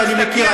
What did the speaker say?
ואני מכיר,